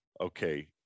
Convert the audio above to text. okay